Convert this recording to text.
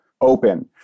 open